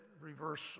reverse